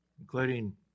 including